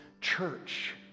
church